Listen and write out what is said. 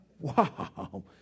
Wow